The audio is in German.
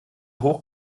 hoch